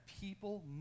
people